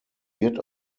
wird